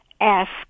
ask